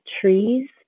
trees